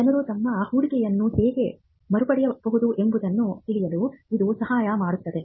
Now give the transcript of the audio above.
ಜನರು ತಮ್ಮ ಹೂಡಿಕೆಯನ್ನು ಹೇಗೆ ಮರುಪಡೆಯಬಹುದು ಎಂಬುದನ್ನು ತಿಳಿಯಲು ಇದು ಸಹಾಯ ಮಾಡುತ್ತದೆ